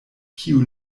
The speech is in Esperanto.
kiu